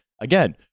Again